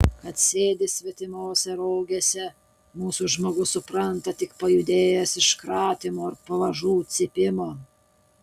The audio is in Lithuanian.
kad sėdi svetimose rogėse mūsų žmogus supranta tik pajudėjęs iš kratymo ir pavažų cypimo